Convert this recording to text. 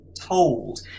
told